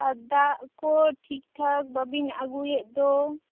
ᱫᱟᱜᱽ ᱠᱚ ᱴᱷᱤᱠ ᱴᱷᱟᱴ ᱵᱟᱹᱵᱤᱱ ᱟᱹᱜᱩᱭᱮᱫ ᱫᱚ